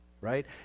right